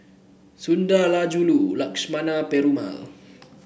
Sundarajulu Lakshmana Perumal